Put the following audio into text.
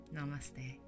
Namaste